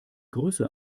größe